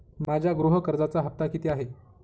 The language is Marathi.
माझ्या गृह कर्जाचा हफ्ता किती आहे?